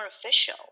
official